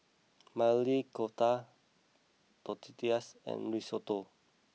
Maili Kofta Tortillas and Risotto